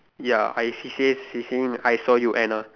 ya I she says she seeing I saw you Anna